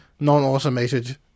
Non-automated